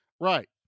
Right